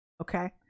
Okay